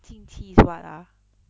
精气 is what ah